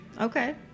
Okay